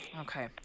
Okay